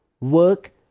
work